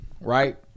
Right